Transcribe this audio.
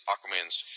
Aquaman's